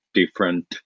different